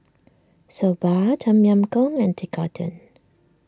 Soba Tom Yam Goong and Tekkadon